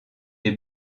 des